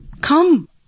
Come